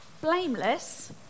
Blameless